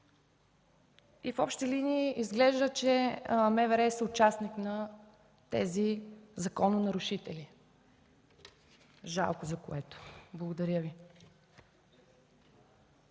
В общи линии, изглежда, че МВР е съучастник на тези закононарушители, жалко, за което! Благодаря Ви.